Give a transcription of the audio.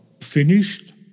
finished